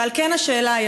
ועל כן השאלה היא,